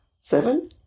seven